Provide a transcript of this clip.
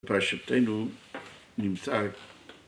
פרשתנו נמצא